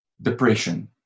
depression